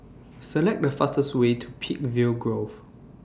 Select The fastest Way to Peakville Grove